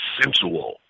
sensual